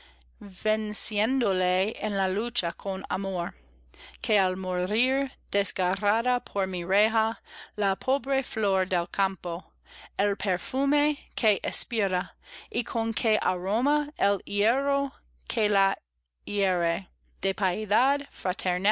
vencido venciéndole en la lucha con amor que al morir desgarrada por mi reja la pobre flor del campo el perfume que espira y con que aroma el hierro que la